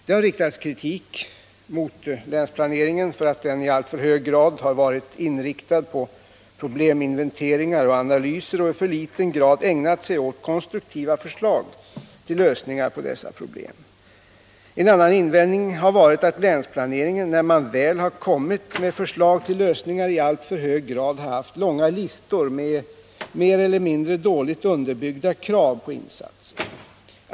Det har riktats kritik mot länsplaneringen för att den i alltför hög grad har varit inriktad på probleminventeringar och analyser och i alltför liten utsträckning ägnats åt konstruktiva förslag till lösningar på dessa problem. En annan invändning har varit att länsplaneringen, när man väl har kommit med förslag till lösningar, i alltför hög grad har haft långa listor med mer eller mindre dåligt underbyggda krav på insatser.